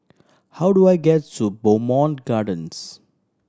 how do I get to Bowmont Gardens